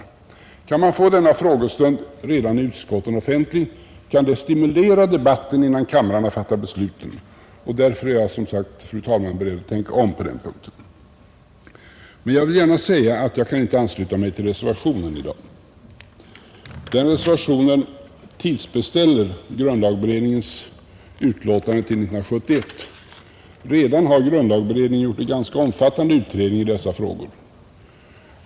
Kan man få denna frågestund redan i utskotten offentlig kan den stimulera debatten innan kammaren fattar beslut. Därför är jag, fru talman, beredd att tänka om på denna punkt. Samtidigt vill jag gärna säga att jag inte kan ansluta mig till reservationen i dag. Den reservationen tidsbeställer grundlagberedningens utlåtande till 1971. Grundlagberedningen har redan gjort en ganska omfattande utredning i dessa frågor.